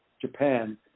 Japan